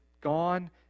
gone